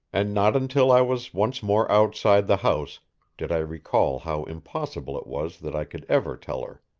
and not until i was once more outside the house did i recall how impossible it was that i could ever tell her.